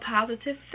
positive